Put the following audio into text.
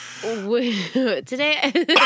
Today